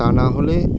তা না হলে